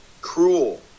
cruel